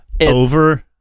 Over